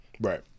Right